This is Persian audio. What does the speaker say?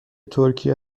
ترکیه